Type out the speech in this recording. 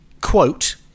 quote